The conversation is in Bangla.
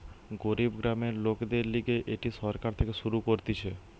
গরিব গ্রামের লোকদের লিগে এটি সরকার থেকে শুরু করতিছে